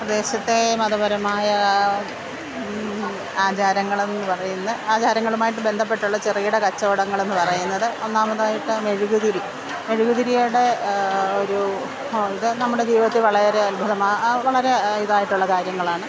പ്രദേശത്തെ മതപരമായ ആചാരങ്ങളെന്നു പറയുന്നെ ആചാരങ്ങളുമായിട്ട് ബന്ധപ്പെട്ടുള്ള ചെറുകിട കച്ചവടങ്ങളെന്നു പറയുന്നത് ഒന്നാമതായിട്ട് മെഴുകുതിരി മെഴുകുതിരിയുടെ ഒരു ഇത് നമ്മുടെ ജീവിതത്തില് വളരെ അത്ഭുതം വളരെ ഇതായിട്ടുള്ള കാര്യങ്ങളാണ്